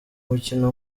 mukino